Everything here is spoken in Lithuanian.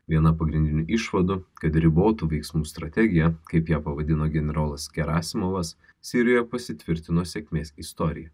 viena pagrindinių išvadų kad ribotų veiksmų strategiją kaip ją pavadino generolas gerasimovas sirijoje pasitvirtino sėkmės istorija